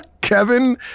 Kevin